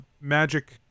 magic